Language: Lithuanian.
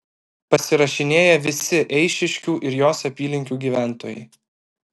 pasirašinėja visi eišiškių ir jos apylinkių gyventojai